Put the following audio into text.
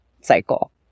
cycle